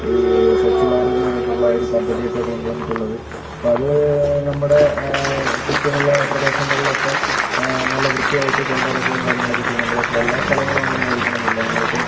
ഈ സ്വച്ഛ് ഭാരത് എന്ന് പറഞ്ഞിട്ടുള്ള ഒരു പദ്ധതിയൊക്കെ കൊണ്ട് വന്നിട്ടുള്ളത് അപ്പോൾ അത് നമ്മുടെ ചുറ്റുമുള്ള പ്രദേശങ്ങളിലൊക്കെ നല്ല വൃത്തിയായിട്ട് കൊണ്ട് നടക്കുകയും കാര്യങ്ങളൊക്കെ ചെയ്യുന്നുണ്ട് പക്ഷേ എല്ലാ സ്ഥലങ്ങളും അങ്ങനെയായിരിക്കണം എന്നില്ല നമ്മളിപ്പം